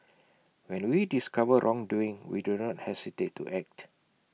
when we discover wrongdoing we do not hesitate to act